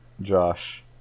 Josh